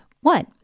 One